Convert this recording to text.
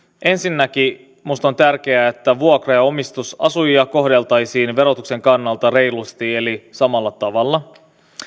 ensinnäkin minusta on tärkeää että vuokra ja omistusasujia kohdeltaisiin verotuksen kannalta reilusti eli samalla tavalla